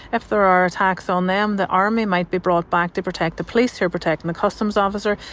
if there are attacks on them, the army might be brought back to protect the police who are protecting the customs officer,